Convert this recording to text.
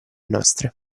nostre